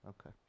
Okay